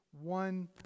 one